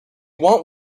want